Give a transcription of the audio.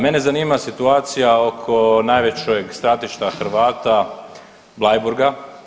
Mene zanima situacija oko najvećeg stratišta Hrvata Bleiburga.